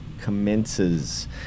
commences